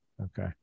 okay